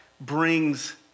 brings